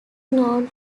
known